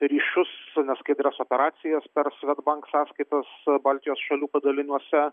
ryšius su neskaidrias operacijas per svedbank sąskaitas baltijos šalių padaliniuose